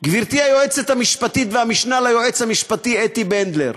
גברתי היועצת המשפטית והמשנה ליועץ המשפטי אתי בנדלר,